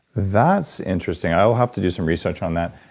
that's interesting. i'll have to do some research on that.